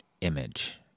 image